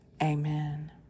Amen